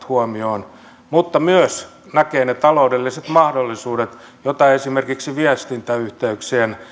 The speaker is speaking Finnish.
huomioon alkuperäiskansat mutta myös näkee ne taloudelliset mahdollisuudet joita esimerkiksi viestintäyhteyksien